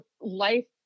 life